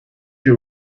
you